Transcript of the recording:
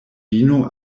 vino